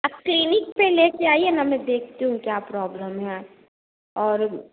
आप क्लीनिक पर लेकर आइए ना मैं देखती हूँ क्या प्रॉब्लम है और